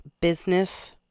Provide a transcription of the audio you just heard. business